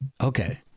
Okay